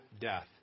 death